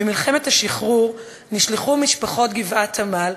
במלחמת השחרור נשלחו משפחות גבעת-עמל,